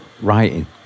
writing